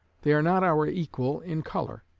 they are not our equal in color.